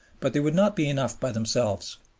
but they would not be enough by themselves.